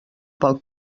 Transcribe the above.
pel